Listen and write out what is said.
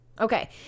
Okay